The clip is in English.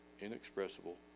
inexpressible